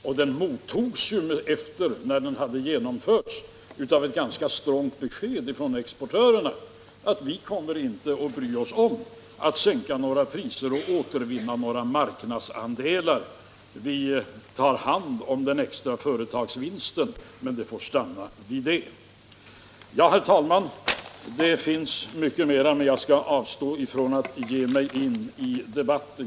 Och den mottogs sedan den genomförts av ett ganska strongt besked från exportörerna: Vi kommer inte att bry oss om att sänka några priser och återvinna några marknadsandelar — vi tar hand om den extra företagsvinsten, men det får stanna vid det. Herr talman! Det finns mycket mer att säga, men jag skall avstå från att ge mig in i någon ytterligare debatt.